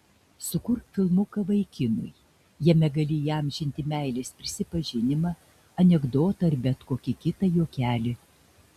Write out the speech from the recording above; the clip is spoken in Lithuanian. sukurk filmuką vaikinui jame gali įamžinti meilės prisipažinimą anekdotą ar bet kokį kitą juokelį